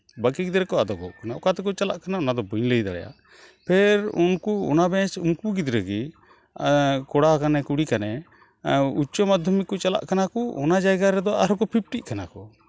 ᱵᱟᱹᱠᱤ ᱜᱤᱫᱽᱨᱟᱹ ᱠᱚ ᱟᱫᱚᱜ ᱠᱟᱱᱟ ᱚᱠᱟᱛᱮᱠᱚ ᱪᱟᱞᱟᱜ ᱠᱟᱱᱟ ᱚᱱᱟ ᱫᱚ ᱵᱟᱹᱧ ᱞᱟᱹᱭ ᱫᱟᱲᱮᱭᱟᱜᱼᱟ ᱯᱷᱮᱹᱨ ᱩᱱᱠᱩ ᱚᱱᱟ ᱵᱮᱪ ᱩᱱᱠᱩ ᱜᱤᱫᱽᱨᱟᱹ ᱜᱮ ᱠᱛᱚᱲᱟ ᱠᱟᱱᱮ ᱠᱩᱲᱤ ᱠᱟᱱᱮ ᱩᱪᱪᱚ ᱢᱟᱫᱽᱫᱷᱚᱢᱤᱠ ᱠᱚ ᱪᱟᱞᱟᱜ ᱠᱟᱱᱟ ᱠᱚ ᱚᱱᱟ ᱡᱟᱭᱜᱟ ᱨᱮᱫᱚ ᱟᱨᱦᱚᱸ ᱠᱚ ᱯᱷᱤᱯᱴᱤᱜ ᱠᱟᱱᱟ ᱠᱚ